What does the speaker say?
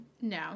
No